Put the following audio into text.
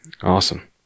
Awesome